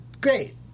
great